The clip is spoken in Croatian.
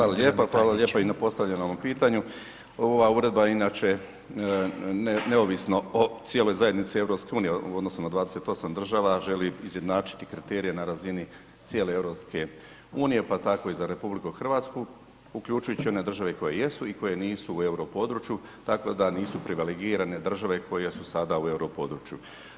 Hvala lijepa, hvala lijepa i na postavljenom pitanju, ova uredba inače neovisno o cijeloj zajednici EU u odnosu na 28 država želi izjednačiti kriterije na razini cijele EU, pa tako i za RH, uključujući i one države koje jesu i koje nisu u europodručju tako da nisu privilegirane države koje su sada u europodručju.